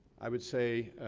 i would say